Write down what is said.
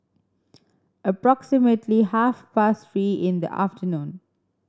approximately half past three in the afternoon